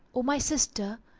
o my sister,